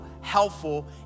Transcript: helpful